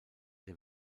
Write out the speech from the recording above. der